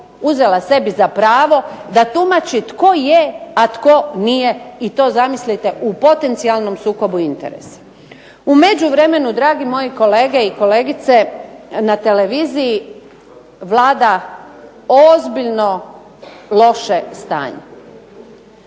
uzela sebi za pravo da tumači tko je, a tko nije i to zamislite u potencijalnom sukobu interesa. U međuvremenu, dragi moji kolege i kolegice, na televiziji vlada ozbiljno loše stanje.